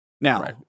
Now